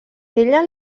ella